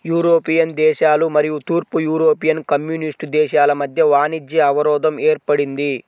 European దేశాలు మరియు తూర్పు యూరోపియన్ కమ్యూనిస్ట్ దేశాల మధ్య వాణిజ్య అవరోధం ఏర్పడింది